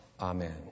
Amen